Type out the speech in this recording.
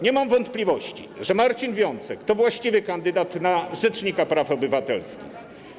Nie mam wątpliwości, że Marcin Wiącek to właściwy kandydat na rzecznika praw obywatelskich.